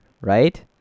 right